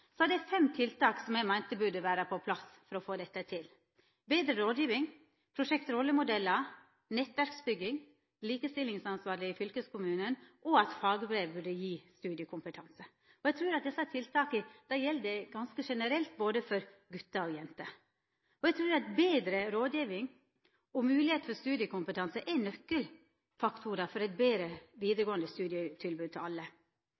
det fem tiltak som eg meinte burde vera på plass for å få dette til: betre rådgjeving, prosjekt med rollemodellar, nettverksbygging, likestillingsansvarleg i fylkeskommunen og at fagbrev burde gje studiekompetanse. Eg trur at desse tiltaka gjeld ganske generelt for både gutar og jenter. Eg trur at betre rådgjeving og moglegheit for studiekompetanse er nøkkelfaktorar for eit betre vidaregåande studietilbod til alle.